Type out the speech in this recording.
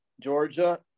Georgia